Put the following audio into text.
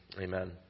amen